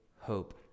hope